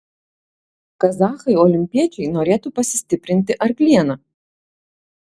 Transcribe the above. kazachai olimpiečiai norėtų pasistiprinti arkliena